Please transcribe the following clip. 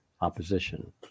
opposition